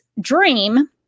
dream